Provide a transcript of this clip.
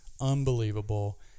unbelievable